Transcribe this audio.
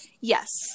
yes